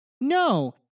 No